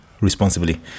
responsibly